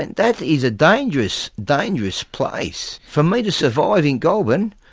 and that is a dangerous, dangerous place. for me to survive in goulburn,